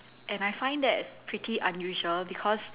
and I find that pretty unusual because